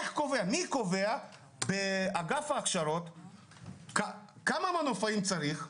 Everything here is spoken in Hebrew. מי קובע בענף ההכשרות כמה מנופאים צריך?